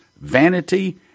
vanity